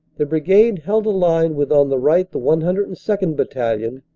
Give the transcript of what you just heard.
the brigade held a line with on the right the one hundred and second. battalion,